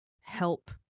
help